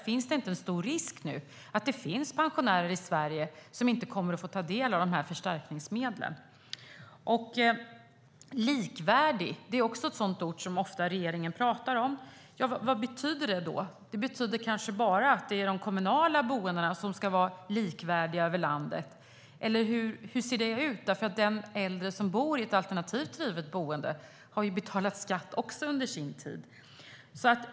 Är det inte stor risk att det finns pensionärer i Sverige som inte kommer att få del av förstärkningsmedlen? Likvärdigt är också ett ord som regeringen ofta använder. Vad betyder det? Det kanske betyder att det bara är de kommunala boendena som ska vara likvärdiga över landet. Eller hur ser det ut? Den äldre som bor i ett alternativt drivet boende har också betalat skatt under sin aktiva tid.